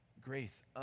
Grace